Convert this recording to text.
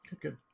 Good